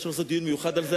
שנעשה דיון מיוחד על זה,